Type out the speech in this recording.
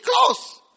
close